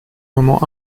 moments